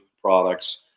products